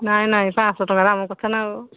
ନାଇଁ ନାଇଁ ପାଞ୍ଚ ଶହ ଟଙ୍କାରେ ଆମ କଥା ନା ଆଉ